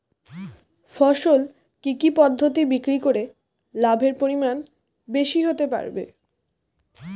ফসল কি কি পদ্ধতি বিক্রি করে লাভের পরিমাণ বেশি হতে পারবে?